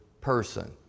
person